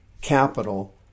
capital